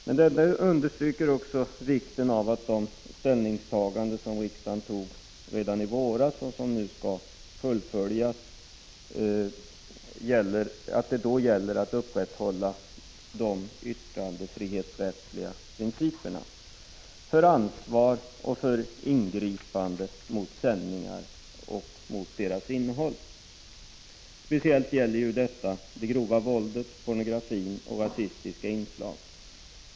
Detta understryker också vikten av att upprätthålla de yttrandefrihetsrättsliga principerna för ansvar och för ingripanden mot sändningar och deras innehåll. Speciellt gäller detta grovt våld, pornografi och rasistiska inslag.